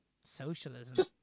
Socialism